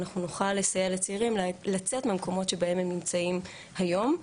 אנחנו נוכל לסייע לצעירים לצאת מהמקומות שהם נמצאים היום,